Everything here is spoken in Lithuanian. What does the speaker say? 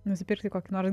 nusipirkti kokį nors